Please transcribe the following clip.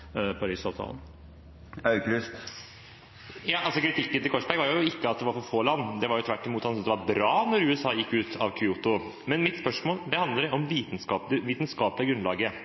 Kritikken til Korsberg var ikke at det var for få land – det var tvert imot slik at han syntes det var bra da USA gikk ut av Kyoto. Men mitt spørsmål handler om det vitenskapelige grunnlaget.